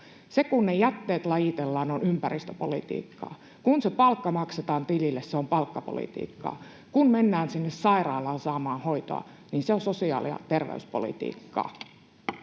se, kun ne jätteet lajitellaan, on ympäristöpolitiikkaa; kun se palkka maksetaan tilille, se on palkkapolitiikkaa; kun mennään sinne sairaalaan saamaan hoitoa, niin se on sosiaali- ja terveyspolitiikkaa.